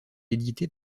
éditée